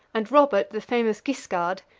and robert the famous guiscard,